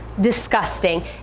disgusting